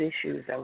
issues